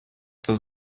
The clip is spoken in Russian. кто